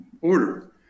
order